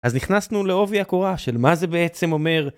אז נכנסנו לעובי הקורה של מה זה בעצם אומר